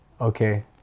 Okay